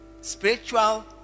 spiritual